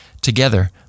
Together